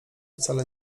wcale